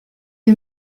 you